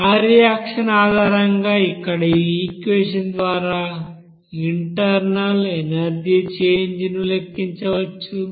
ఆ రియాక్షన్ ఆధారంగా ఇక్కడ ఈ ఈక్వెషన్ ద్వారా ఇంటర్నల్ ఎనర్జీ చేంజ్ ను లెక్కించవచ్చు